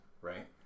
right